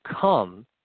come